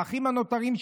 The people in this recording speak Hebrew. האחים הנותרים,